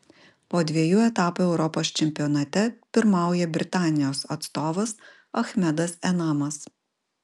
po dviejų etapų europos čempionate pirmauja britanijos atstovas achmedas enamas